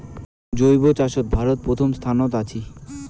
জৈব চাষত ভারত প্রথম স্থানত আছি